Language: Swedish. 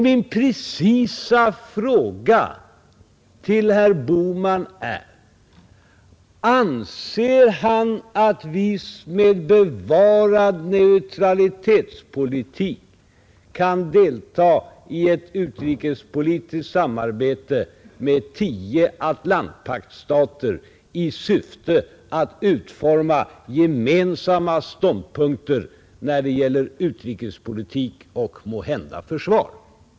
Min precisa fråga till herr Bohman lyder: Anser herr Bohman att vi med bevarad neutralitetspolitik kan delta i ett utrikespolitiskt samarbete med tio Atlantpaktsstater i syfte att utforma gemensamma ståndpunkter när det gäller utrikespolitik och måhända försvar?